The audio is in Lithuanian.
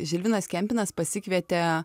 žilvinas kempinas pasikvietė